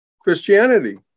Christianity